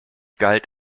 galt